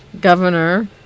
Governor